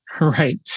Right